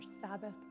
Sabbath